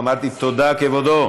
אמרתי: "תודה, כבודו".